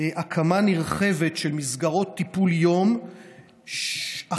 הקמה נרחבת של מסגרות טיפולי יום אחרי